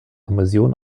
kommission